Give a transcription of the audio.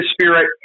Spirit